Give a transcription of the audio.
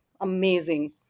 amazing